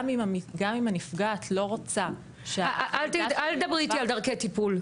גם אם הנפגעת לא רוצה --- אל תדברי איתי על דרכי טיפול.